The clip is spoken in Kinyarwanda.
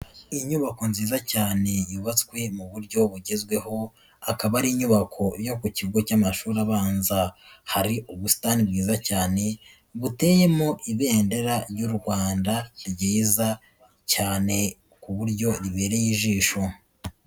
Inyubako nziza cyane yubatswe mu buryo bugezweho, akaba ari inyubako yo ku kigo cy'amashuri abanza, hari ubusitani bwiza cyane buteyemo ibendera ry'u Rwanda ryiza cyane ku buryo ribereye ijisho.